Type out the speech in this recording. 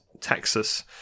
Texas